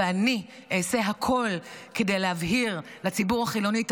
ואני אעשה הכול כדי להבהיר לציבור החילוני את